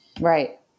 Right